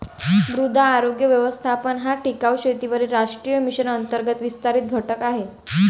मृदा आरोग्य व्यवस्थापन हा टिकाऊ शेतीवरील राष्ट्रीय मिशन अंतर्गत विस्तारित घटक आहे